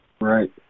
Right